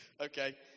okay